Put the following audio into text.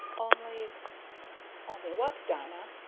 only only what, dinah?